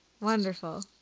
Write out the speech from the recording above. Wonderful